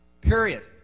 Period